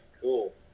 Cool